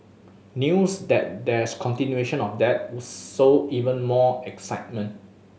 news that there's continuation of that will sow even more excitement